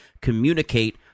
communicate